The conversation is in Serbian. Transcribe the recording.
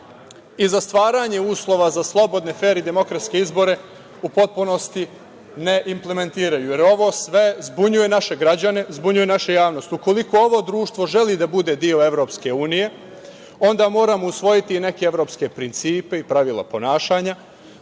i za stvaranje uslova za slobodne fer i demokratske izbore u potpunosti ne implementiraju, jer ovo sve zbunjuje naše građane, zbunjuje našu javnost. Ukoliko ovo društvo želi da bude deo Evropske unije, onda moramo usvojiti i neke evropske principe i pravila ponašanja